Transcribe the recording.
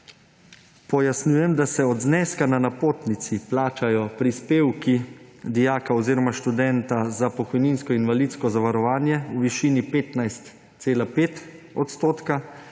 pojasnjujem, da se od zneska na napotnici plačajo prispevki dijaka oziroma študenta za pokojninsko in invalidsko zavarovanje v višini 15,5 %, na